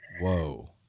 Whoa